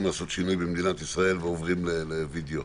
לעשות שינוי במדינת ישראל ועוברים לווידיאו.